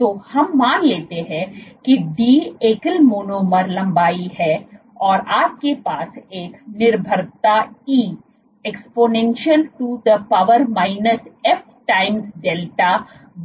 तो हम मान लेते हैं कि d एकल मोनोमर लंबाई है और आपके पास एक निर्भरता e to the power minus f times delta